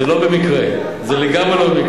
זה לא במקרה, זה לגמרי לא במקרה.